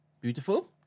Beautiful